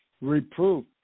reproof